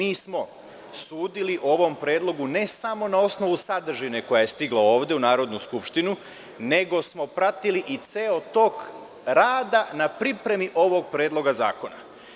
Nismo sudili o ovom predlogu, ne samo na osnovu sadržine koja je stigla ovde u Narodnu skupštinu, nego smo pratili i ceo tok rada na pripremi ovog predloga zakona.